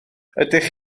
ydych